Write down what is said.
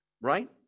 Right